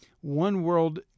one-world